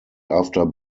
after